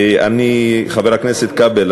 חבר הכנסת כבל,